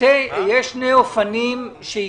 שני אופנים: